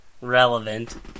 Relevant